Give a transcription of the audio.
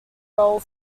role